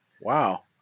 Wow